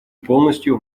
полностью